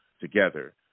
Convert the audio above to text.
together